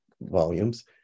volumes